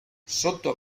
sotto